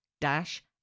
dash